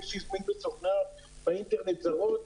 מי שהזמין באינטרנט חברות זרות,